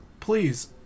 Please